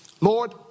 Lord